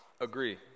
agree